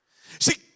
See